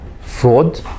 fraud